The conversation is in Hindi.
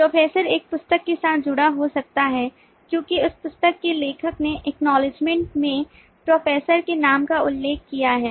प्रोफेसर एक पुस्तक के साथ जुड़ा हो सकता है क्योंकि उस पुस्तक के लेखक ने acknowledgement में प्रोफेसर के नाम का उल्लेख किया है